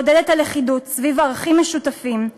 לעודד את הלכידות סביב ערכים משותפים.